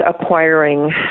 acquiring